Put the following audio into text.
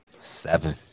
Seven